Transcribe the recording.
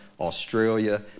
Australia